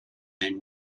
than